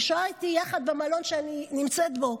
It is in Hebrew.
היא יחד איתי במלון שאני נמצאת בו.